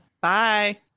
bye